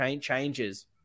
changes